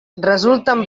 resulten